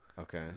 Okay